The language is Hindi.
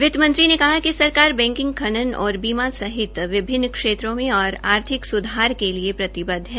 वित्तमंत्री ने कहा कि सरकार बैकिंग खनन और बीमा सहित विभिन्न क्षेत्रों में और आर्थिक सुधार के लिए प्रतिबदव है